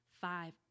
Five